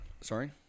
Sorry